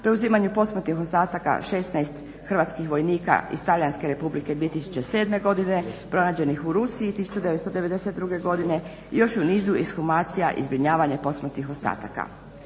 preuzimanju posmrtnih ostataka 16 hrvatskih vojnika iz Talijanske Republike 2007. godine pronađenih u Rusiji 1992. godine i još u nizu ekshumacija i zbrinjavanje posmrtnih ostatak.